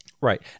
Right